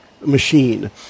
machine